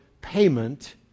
payment